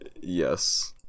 Yes